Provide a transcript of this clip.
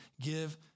give